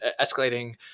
escalating